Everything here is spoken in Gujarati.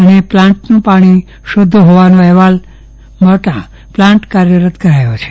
અને પ્લાન્ટનું પાણી શુદ્ધ હોવાનો અહેવાલ અપાતા પ્લાન્ટ કાર્યરત કરાયો છે